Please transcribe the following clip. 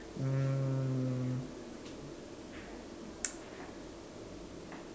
mm